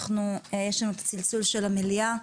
יש את צלצול המליאה.